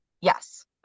yes